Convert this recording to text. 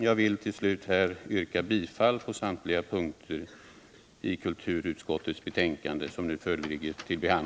Jag vill till slut på samtliga punkter yrka bifall till utskottets hemställan.